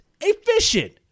efficient